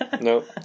Nope